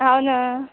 हो ना